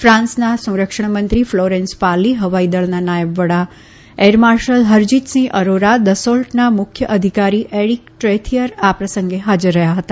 ફાન્સના સંરક્ષણ મંત્રી ફ્લોરેન્સ પાર્લી હવાઈદળના નાયબ વડા એરમાર્શલ હરજિતસિંહ અરોરા દસોલ્ટના મુખ્ય અધિકારી એરિક ટ્રેથિયર આ પ્રસંગે હાજર રહ્યા હતા